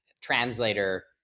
translator